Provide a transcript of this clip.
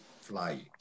fly